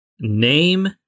Name